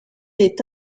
est